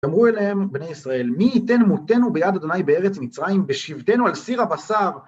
תאמרו אליהם, בני ישראל, מי ייתן מותנו ביד ה' בארץ ומצרים בשבתנו על סיר הבשר?